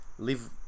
live